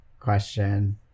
question